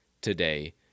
today